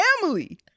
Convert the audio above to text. family